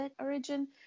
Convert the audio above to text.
origin